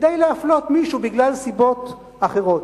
נאחזים בה כדי להפלות מישהו בגלל סיבות אחרות.